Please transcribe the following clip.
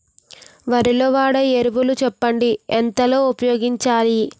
వరిలో వాడే ఎరువులు చెప్పండి? ఎంత లో ఉపయోగించాలీ?